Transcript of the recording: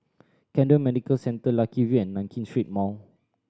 Camden Medical Centre Lucky View and Nankin Street Mall